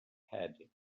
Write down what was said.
panic